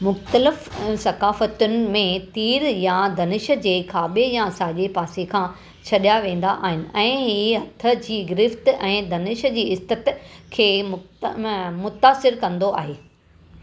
मुख़्तलिफ़ु सक़ाफ़तुनि में तीर या धनुष जे खाबे॒ या साजे॒ पासे खां छडि॒या वेंदा आहिनि ऐं हीउ हथ जी गिरफ़्त ऐं धनुष जी इस्थिति खे मुतासिरु कंदो आहे